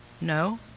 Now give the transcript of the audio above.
No